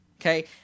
okay